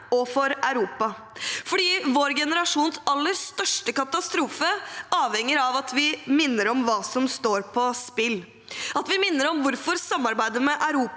og for Europa. Vår generasjons aller største katastrofe avhenger av at vi minner om hva som står på spill, at vi minner om hvorfor samarbeidet med Europa